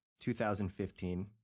2015